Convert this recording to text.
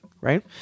right